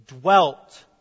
dwelt